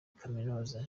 kaminuza